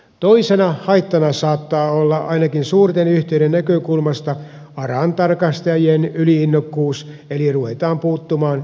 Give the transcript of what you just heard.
toisena haittana saattaa olla ainakin suurten yhtiöiden näkökulmasta aran tarkastajien yli innokkuus eli ruvetaan puuttumaan epäoleellisiin asioihin